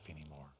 anymore